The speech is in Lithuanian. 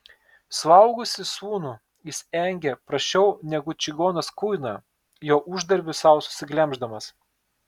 suaugusį sūnų jis engė prasčiau negu čigonas kuiną jo uždarbį sau susiglemždamas